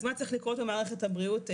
אז מה צריך לקרות במערכת בריאות הנפש,